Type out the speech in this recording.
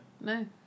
No